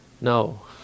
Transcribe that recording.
No